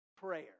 prayer